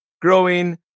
growing